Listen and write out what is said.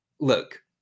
look